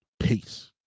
Peace